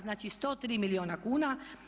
Znači 103 milijuna kuna.